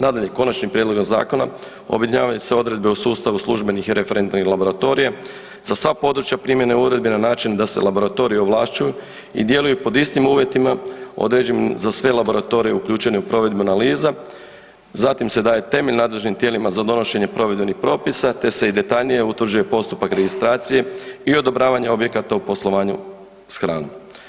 Nadalje, konačnim prijedlogom zakona objedinjavaju se odredbe o sustavu službenih i referentnih laboratorija za sva područja primjene uredbe na način da se laboratoriji ovlašćuju i djeluju pod istim uvjetima određenim za sve laboratorije uključene u provedbu analiza, zatim se daje temelj nadležnim tijelima za donošenje provedenih propisa te se i detaljnije utvrđuje postupak registracije i odobravanje objekata u poslovanju s hranom.